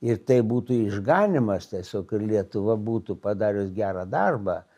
ir tai būtų išganymas tiesiog ir lietuva būtų padarius gerą darbą